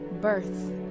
birth